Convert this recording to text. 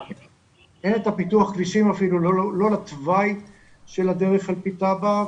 אין את הפיתוח כבישים לא לתוואי של הדרך על פי תב"א,